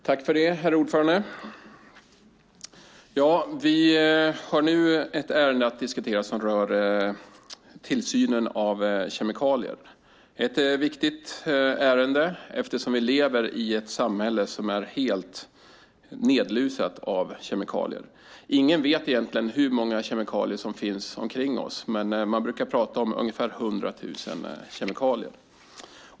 Herr talman! Vi har nu ett ärende att diskutera som rör tillsynen av kemikalier. Det är ett viktigt ärende eftersom vi lever i ett samhälle som är helt nedlusat av kemikalier. Ingen vet egentligen hur många kemikalier som finns omkring oss, men man brukar prata om ungefär 100 000.